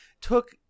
took